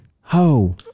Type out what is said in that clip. ho